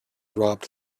robbed